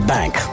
Bank